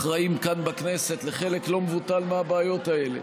אחראים כאן בכנסת לחלק לא מבוטל מהבעיות האלה.